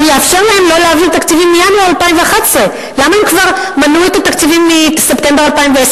הוא יאפשר להם לא להעביר תקציבים מינואר 2011. למה הם מנעו את התקציבים כבר מספטמבר 2010?